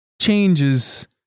changes